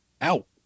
out